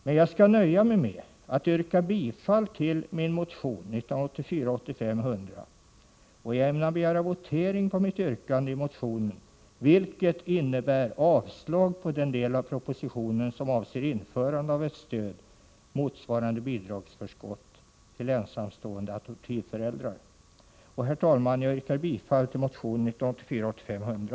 Men jag skall nöja mig med att yrka bifall till min motion 1984/85:100, och jag ämnar begära votering på mitt yrkande i motionen, vilket innebär avslag på den del av propositionen som avser införande av ett stöd motsvarande bidragsförskott till ensamstående adoptivföräldrar. Herr talman! Jag yrkar bifall till motion 100.